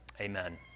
amen